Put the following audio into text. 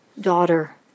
daughter